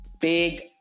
big